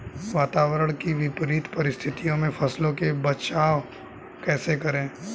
वातावरण की विपरीत परिस्थितियों में फसलों का बचाव कैसे करें?